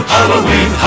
Halloween